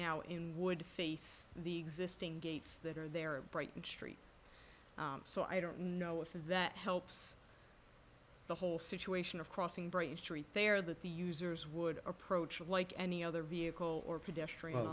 now in would face the existing gates that are there bright and street so i don't know if that helps the whole situation of crossing braintree fair that the users would approach it like any other vehicle or pedestrian